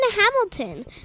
Hamilton